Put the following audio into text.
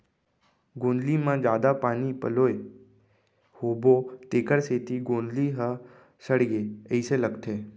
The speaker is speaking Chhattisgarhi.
गोंदली म जादा पानी पलोए होबो तेकर सेती गोंदली ह सड़गे अइसे लगथे